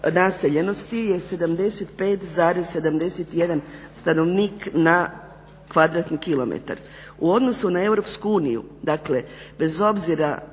naseljenosti je 75,71 stanovnik na kvadratni kilometar. U odnosu na EU, dakle bez obzira,